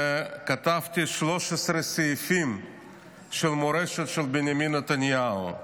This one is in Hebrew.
כתבתי 13 סעיפים של המורשת של בנימין נתניהו.